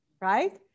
right